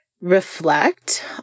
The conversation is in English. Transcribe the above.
reflect